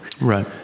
Right